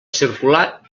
circular